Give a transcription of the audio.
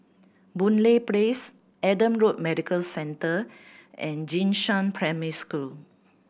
Boon Lay Place Adam Road Medical Centre and Jing Shan Primary School